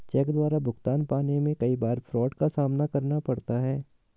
check द्वारा भुगतान पाने में कई बार फ्राड का सामना करना पड़ता है